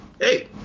Hey